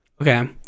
Okay